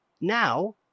Now